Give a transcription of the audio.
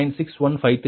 6153 ஐ 1